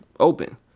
open